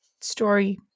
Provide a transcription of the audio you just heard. story